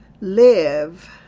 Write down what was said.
live